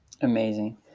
Amazing